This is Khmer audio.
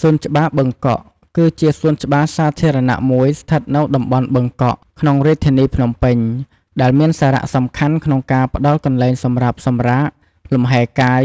សួនច្បារបឹងកក់ គឺជាសួនច្បារសាធារណៈមួយស្ថិតនៅតំបន់បឹងកក់ ក្នុងរាជធានីភ្នំពេញ ដែលមានសារៈសំខាន់ក្នុងការផ្តល់កន្លែងសម្រាប់សម្រាក លំហែកាយ